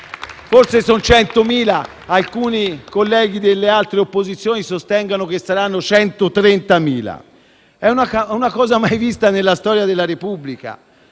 Forse sono 100.000, alcuni colleghi delle altre forze di opposizione sostengono che saranno 130.000. È una cosa mai vista nella storia della Repubblica: